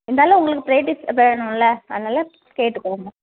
இருந்தாலும் உங்களுக்கு ப்ரேட்டீஸ் வேணும்ல அதனால் கேட்டுக்கோங்க